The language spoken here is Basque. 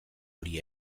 hori